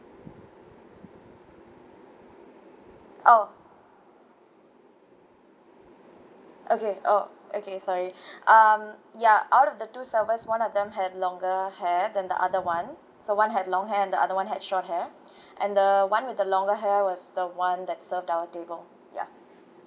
oh okay oh okay sorry um ya out of the two servers one of them had longer hair than the other one so one had long hair and the other one had short hair and the one with the longer hair was the one that served our table ya